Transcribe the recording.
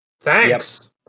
Thanks